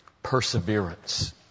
Perseverance